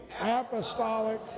apostolic